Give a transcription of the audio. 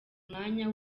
umwanya